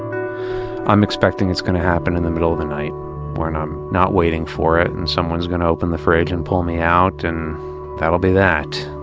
i'm expecting it's going to happen in the middle of the night when i'm not waiting for it, and someone's going to open the fridge and pull me out, and that'll be that.